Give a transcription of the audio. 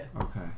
Okay